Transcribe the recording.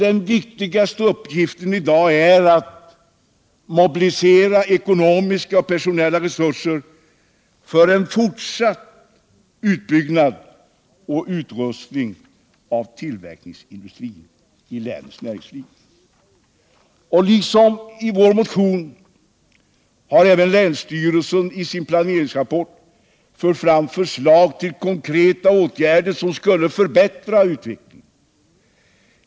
Den viktigaste uppgiften i dag är att mobilisera ekonomiska och personella resurser för en fortsatt utbyggnad och utrustning av tillverkningsindustrin i länets näringsliv. Liksom i vår motion har även länsstyrelsen i sin planeringsrapport fört fram förslag till konkreta åtgärder som skulle förbättra utvecklingen.